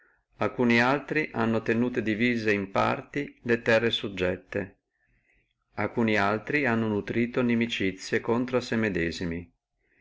alcuni altri hanno tenuto divise le terre subiette alcuni hanno nutrito inimicizie contro a sé medesimi